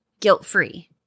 guilt-free